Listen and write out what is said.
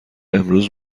امروز